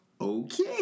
Okay